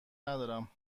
ندارم